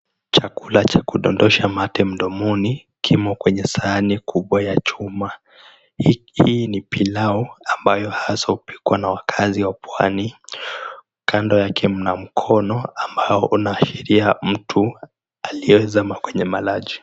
Chakula cha kudondosha mate mdomoni kimo kwenye sahani kubwa ya chuma. Hii ni pilau ambayo hasa hupikwa na wakazi wa pwani. Kando yake mna mkono ambao unaashiria mtu aliyezama kwenye malaji.